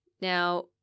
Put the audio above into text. now